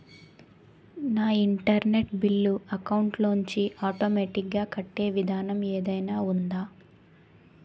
నా internet bill account లోంచి automatic గా కట్టే విధానం ఏదైనా ఉందా?